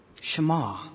Shema